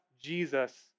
Jesus